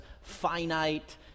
finite